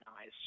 eyes